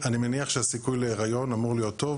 אני מניח שהסיכוי להיריון אמור להיות טוב,